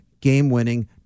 game-winning